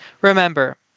Remember